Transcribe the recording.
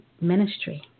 ministry